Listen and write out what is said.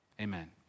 amen